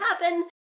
happen